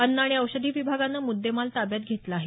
अन्न आणि औषधी विभागानं मुद्देमाल ताब्यात घेतला आहे